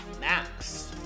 Max